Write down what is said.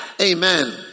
Amen